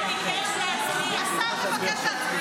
כן, השר ביקש להצביע.